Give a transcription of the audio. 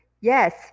Yes